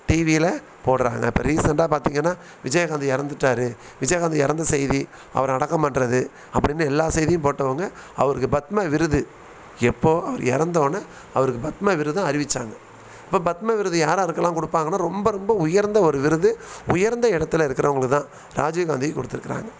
டிவியில் போடுறாங்க இப்போ ரீசன்ட்டாக பார்த்திங்கன்னா விஜயகாந்த் இறந்துட்டாரு விஜயகாந்த் இறந்த செய்தி அவரை அடக்கம் பண்ணுறது அப்படின்னு எல்லா செய்தியும் போட்டவங்க அவருக்கு பத்ம விருது எப்போது அவர் இறந்தொன்னே அவருக்கு பத்ம விருது அறிவித்தாங்க இப்போ பத்ம விருது யாராருக்குலாம் கொடுப்பாங்கனா ரொம்ப ரொம்ப உயர்ந்த ஒரு விருது உயர்ந்த இடத்துல இருக்கிறவங்களுக்கு தான் ராஜீவ் காந்திக்கு கொடுத்துருக்கறாங்க